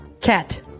cat